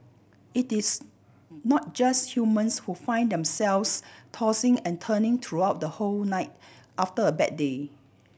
it is not just humans who find themselves tossing and turning throughout the whole night after a bad day